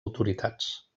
autoritats